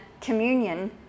communion